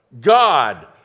God